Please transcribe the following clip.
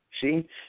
See